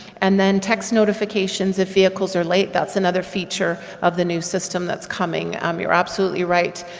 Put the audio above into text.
and then text notifications if vehicles are late, that's another feature of the new system that's coming. um you're absolutely right,